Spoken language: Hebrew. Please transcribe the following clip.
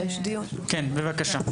כן, בבקשה.